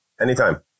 Anytime